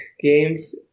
games